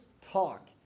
talk